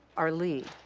our lead,